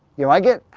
you like it?